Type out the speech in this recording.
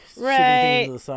Right